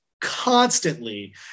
constantly